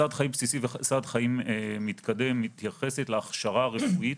סעד חיים בסיסי וסעד חיים מתקדם מתייחסים להכשרה הרפואית